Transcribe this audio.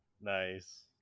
Nice